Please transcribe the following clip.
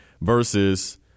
versus